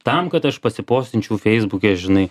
tam kad aš pasipostinčiau feisbuke žinai